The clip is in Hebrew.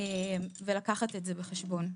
ולקחת את זה בחשבון.